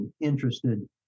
interested